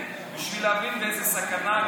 בשביל להבין באיזה סכנה המדינה הזאת,